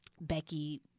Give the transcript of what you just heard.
Becky